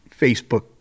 Facebook